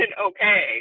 okay